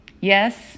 Yes